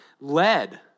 led